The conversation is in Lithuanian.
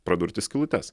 pradurti skylutes